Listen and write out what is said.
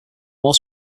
more